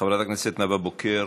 חברת הכנסת נאוה בוקר,